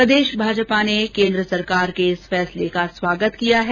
प्रदेश भाजपा ने केन्द्र सरकार के इस फैसले का स्वागत किया है